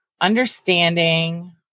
understanding